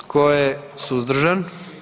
Tko je suzdržan?